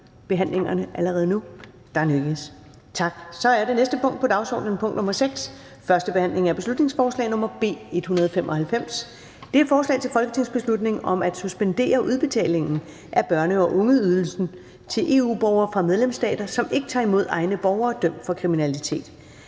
jeg det som vedtaget. Det er vedtaget. --- Det næste punkt på dagsordenen er: 6) 1. behandling af beslutningsforslag nr. B 195: Forslag til folketingsbeslutning om at suspendere udbetalingen af børne- og ungeydelse til EU-borgere fra medlemsstater, der ikke tager imod egne borgere dømt for kriminalitet.